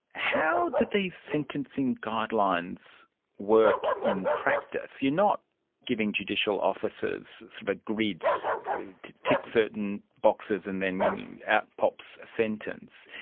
how did these sentencing guidelines work in practice? you're not giving judicial officers sort of a grid, to tick certain boxes and then out pops a sentence.